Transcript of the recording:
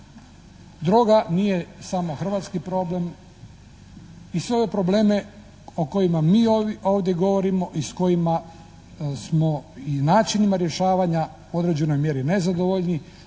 Droga nije samo hrvatski problem i sve ove probleme o kojima mi ovdje govorimo i s kojima smo, i načinima rješavanja u određenoj mjeri nezadovoljni,